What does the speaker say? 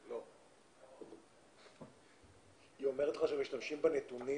לא, היא אומרת לך שמשתמשים בנתונים